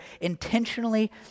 intentionally